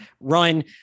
run